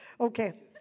Okay